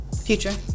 Future